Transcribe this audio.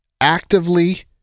actively